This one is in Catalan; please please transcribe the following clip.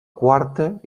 quarta